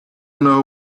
know